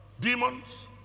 demons